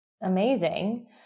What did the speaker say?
Amazing